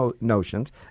notions